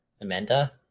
Amanda